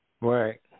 Right